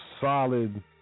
solid